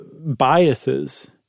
Biases